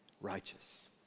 righteous